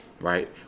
right